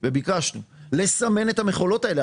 וביקשנו לסמן את המכולות האלה.